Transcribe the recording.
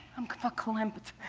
i'm verklempt.